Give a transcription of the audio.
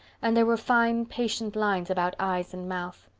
and there were fine, patient lines about eyes and mouth.